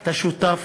אתה שותף.